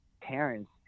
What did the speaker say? parents